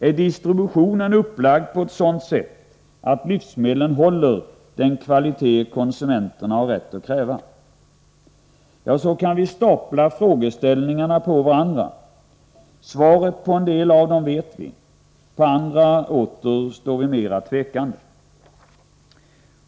Är distributionen uppiagd på ett sådant sätt att livsmedlen håller den kvalitet konsumenterna har rätt att kräva? Så kan vi stapla frågeställningarna på varandra. Svaren på en del av dem vet vi, inför andra åter står vi mera tvekande.